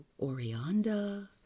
Orianda